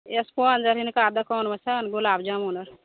sponge आर हिनका दोकानमे छनि गुलाब जामुन आर